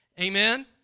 Amen